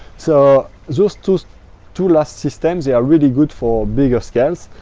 so those two so two last systems, they are really good for bigger scales,